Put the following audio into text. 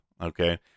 okay